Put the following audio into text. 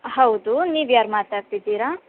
ಹೌದು ನೀವು ಯಾರು ಮಾತಾಡ್ತಿದ್ದೀರ